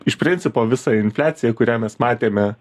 iš principo visą infliaciją kurią mes matėme